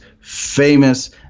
famous